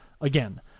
again